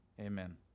Amen